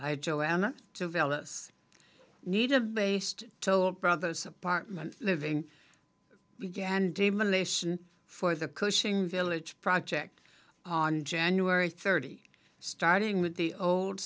martha i joanna developes need a based toll brothers apartment living began demonisation for the cushing village project on january thirty starting with the old